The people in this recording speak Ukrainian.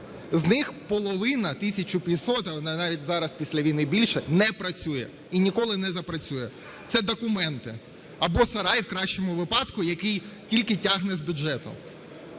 З них половина, 1 500, а навіть зараз, після війни, більше не працює і ніколи не запрацює. Це документи, або сарай, в кращому випадку, який тільки тягне з бюджету.